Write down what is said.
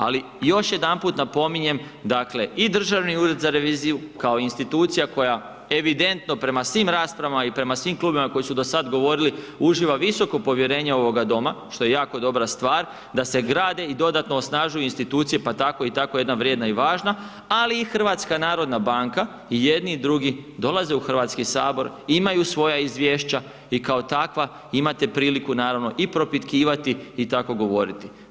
Ali, još jedanput napominjem, dakle, i DUR, kao institucija koja evidentno prema svim raspravama i prema svim klubovima koji su do sad govorili, uživa visoko povjerenje ovoga doma, što je jako dobra stvar, da se grade i dodatno osnažuju institucije, pa tako i tako jedna vrijedna i važna, ali i HNB, i jedni i drugi dolaze u HS, imaju svoja izvješća i kao takva imate priliku naravno, i propitkivati i tako govoriti.